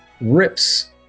Rip's